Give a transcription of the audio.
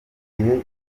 gihe